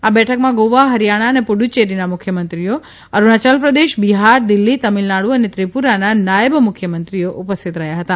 આ બેઠકમાં ગોવા હરિયાણા અને પુડુચેરીના મુખ્યમંત્રીઓ અરૂણાયલ પ્રદેશ બિહાર દિલ્હી તમિલનાડુ અને ત્રિપુરાના નાયબ મુખ્યમંત્રીઓ ઉપસ્થિત રહ્યા હતા